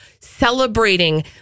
celebrating